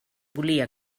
volia